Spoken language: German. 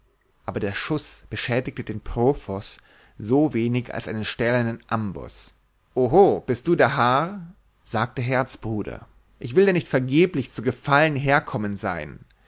aber der schuß beschädigte den profos so wenig als einen stählernen amboß oho bist du der haar sagte herzbruder ich will dir nicht vergeblich zu gefallen herkommen sein